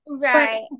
right